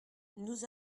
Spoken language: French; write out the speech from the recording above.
nous